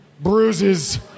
bruises